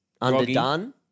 underdone